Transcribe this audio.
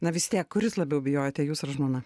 na vis tiek kuris labiau bijojote jūs ar žmona